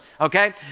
Okay